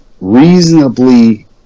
reasonably